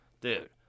dude